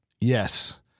Yes